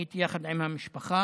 הייתי יחד עם המשפחה.